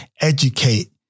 educate